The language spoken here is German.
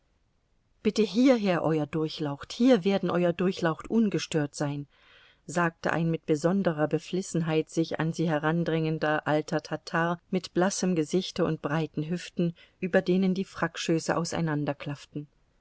bitte hierher euer durchlaucht hier werden euer durchlaucht ungestört sein sagte ein mit besonderer beflissenheit sich an sie herandrängender alter tatar mit blassem gesichte und breiten hüften über denen die frackschöße auseinanderklafften